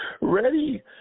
ready